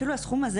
אפילו הסכום הזה,